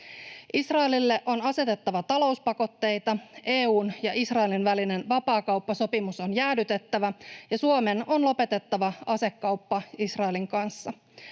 Israelille on asetettava talouspakotteita, EU:n ja Israelin välinen vapaakauppasopimus on jäädytettävä, ja Suomen on lopetettava asekauppa Israelin kanssa.